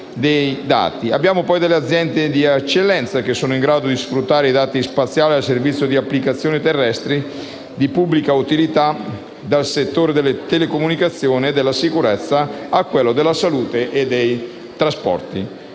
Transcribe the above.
Abbiamo, poi, alcune aziende di eccellenza che sono in grado di sfruttare i dati spaziali al servizio di applicazioni terrestri di pubblica utilità dal settore delle telecomunicazioni e della sicurezza a quello della salute e dei trasporti.